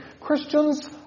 Christians